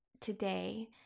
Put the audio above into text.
today